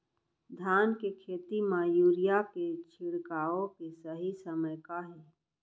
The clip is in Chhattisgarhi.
धान के खेती मा यूरिया के छिड़काओ के सही समय का हे?